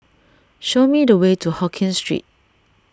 show me the way to Hokkien Street